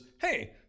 hey